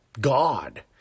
God